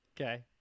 Okay